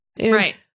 Right